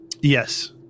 Yes